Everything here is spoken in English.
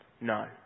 No